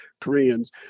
Koreans